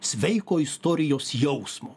sveiko istorijos jausmo